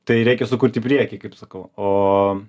tai reikia sukurti į prieky kaip sakau o